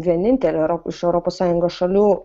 vienintelė euro iš europos sąjungos šalių